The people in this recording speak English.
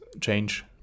change